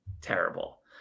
terrible